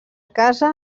casa